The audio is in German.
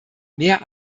mehr